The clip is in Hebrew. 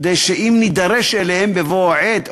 כדי שאם נידרש להם בבוא העת,